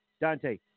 Dante